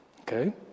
Okay